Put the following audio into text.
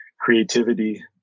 creativity